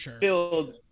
build